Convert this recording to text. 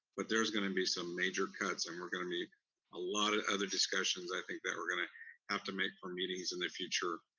but there's gonna be some major cuts and we're gonna need a lot of other discussions, i think, that we're gonna have to make for meetings in the future.